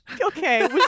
Okay